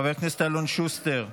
חבר הכנסת אלון שוסטר,